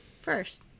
first